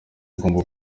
ugomba